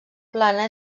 plana